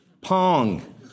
Pong